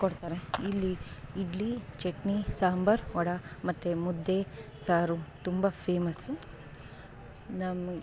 ಕೊಡ್ತಾರೆ ಇಲ್ಲಿ ಇಡ್ಲಿ ಚಟ್ನಿ ಸಾಂಬಾರು ವಡೆ ಮತ್ತು ಮುದ್ದೆ ಸಾರು ತುಂಬ ಫೇಮಸ್ಸು ನಮ್ಮ